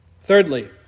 Thirdly